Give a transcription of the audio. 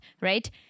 right